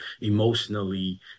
emotionally